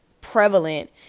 prevalent